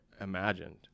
imagined